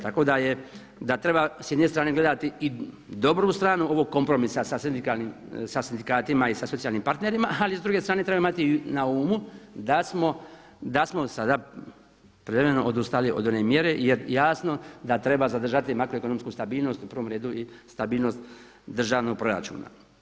Tako da treba s jedne strane gledati i dobru stranu ovog kompromisa sa sindikatima i socijalnim partnerima, ali s druge strane treba imati na umu da smo sada privremeno odustali od one mjere jer je jasno da treba zadržati makroekonomsku stabilnost u prvom redu i stabilnost državnog proračuna.